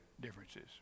differences